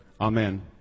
Amen